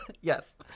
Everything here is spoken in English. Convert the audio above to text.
yes